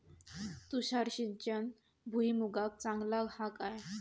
तुषार सिंचन भुईमुगाक चांगला हा काय?